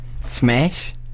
Smash